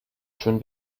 schön